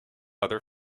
other